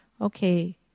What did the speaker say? okay